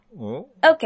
Okay